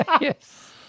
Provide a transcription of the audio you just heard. Yes